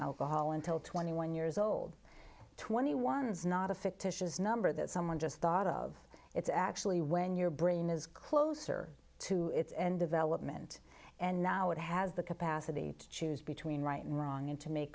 alcohol until twenty one years old twenty one is not a fictitious number that someone just thought of it's actually when your brain is closer to its end development and now it has the capacity to choose between right and wrong and to make